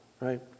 right